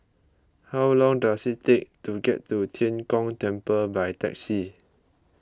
how long does it take to get to Tian Kong Temple by taxi